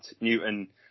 Newton